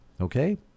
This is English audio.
Okay